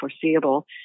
foreseeable